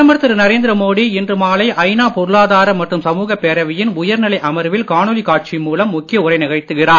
பிரதமர் திரு நரேந்திர மோடி இன்று மாலை ஐ நா பொருளாதார மற்றும் சமூகப் பேரவையின் உயர்நிலை அமர்வில் காணொளி காட்சி மூலம் முக்கிய உரை நிகழ்த்துகிறார்